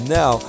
now